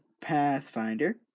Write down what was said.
Pathfinder